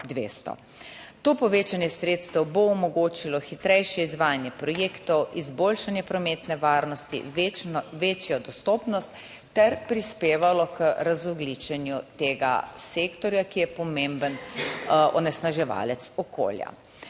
To povečanje sredstev bo omogočilo hitrejše izvajanje projektov, izboljšanje prometne varnosti, večjo dostopnost ter prispevalo k razogljičenju tega sektorja, ki je pomemben onesnaževalec okolja.